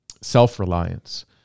self-reliance